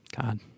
God